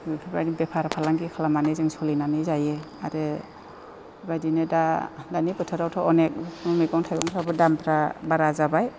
बेफोरबायदि बेफार फालांगि खालामनानै जों सोलिनानै जायो आरो बेबायदिनो दा दानि बोथोरावथ' अनेक मैगं थाइगंफ्राबो दामफ्रा बारा जाबाय